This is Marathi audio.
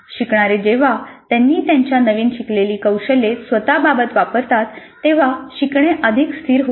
शिकणारे जेव्हा त्यांनी त्यांच्या नवीन शिकलेली कौशल्ये स्वतः बाबत वापरतात तेव्हा शिकणे अधिक स्थिर होते